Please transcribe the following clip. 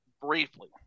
briefly